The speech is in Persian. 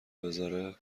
بذاره